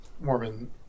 Mormon